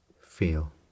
feel